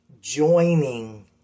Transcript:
joining